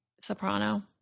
Soprano